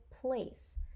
place